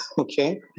okay